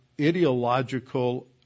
ideological